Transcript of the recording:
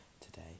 today